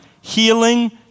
healing